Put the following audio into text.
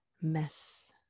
mess